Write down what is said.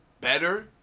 better